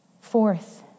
Fourth